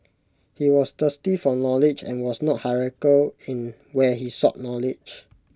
he was thirsty for knowledge and was not hierarchical in where he sought knowledge